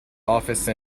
office